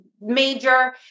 major